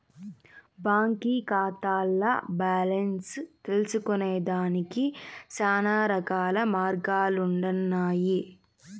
బాంకీ కాతాల్ల బాలెన్స్ తెల్సుకొనేదానికి శానారకాల మార్గాలుండన్నాయి